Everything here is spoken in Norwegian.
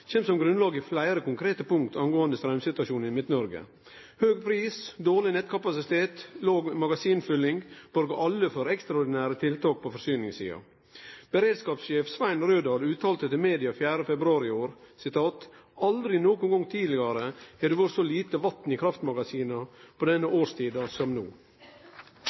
kjem som grunnlag i fleire konkrete punkt når det gjeld straumsituasjonen i Midt-Noreg. Høg pris, dårleg nettkapasitet og låg magasinfylling borgar alle for ekstraordinære tiltak på forsyningssida. Beredskapssjef Svein Rødal uttalte til media 4. februar i år: «Aldri nokon gong tidlegare har det vore så lite vatn i kraftmagasina på denne årstida som no.